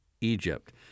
Egypt